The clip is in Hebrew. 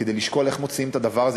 כדי לשקול איך מוציאים את הדבר הזה.